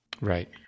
right